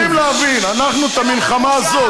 צריכים להבין דבר אחד,